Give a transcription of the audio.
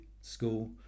school